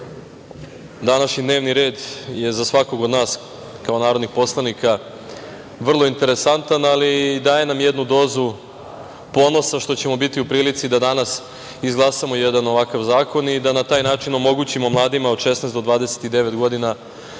današnji dnevni red je za svakog od nas kao narodnih poslanika vrlo interesantan, ali daje nam i jednu dozu ponosa što ćemo biti u prilici da danas izglasamo jedan ovakav zakon i da na taj način omogućimo mladima od 16 do 29 godina